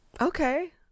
Okay